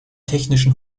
technischen